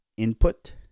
Input